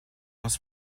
was